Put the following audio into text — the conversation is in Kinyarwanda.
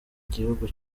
gihugu